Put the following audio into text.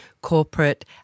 corporate